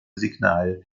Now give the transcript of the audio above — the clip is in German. signal